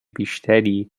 بیشتری